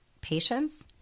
patients